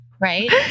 right